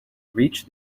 reach